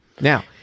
Now